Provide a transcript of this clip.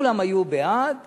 כולם היו בעד